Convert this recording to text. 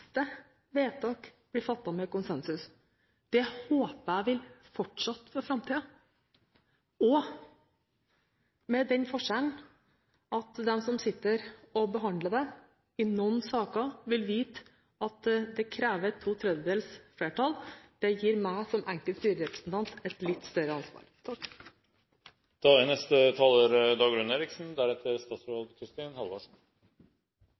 fleste vedtak blir fattet med konsensus. Det håper jeg vil fortsette for framtiden – med den forskjellen at de som sitter og behandler dette, i noen saker vil vite at det krever to tredjedels flertall, og at det gir enkelte styrerepresentant et litt større ansvar. Jeg klarer ikke å bestemme meg for om det er